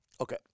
Okay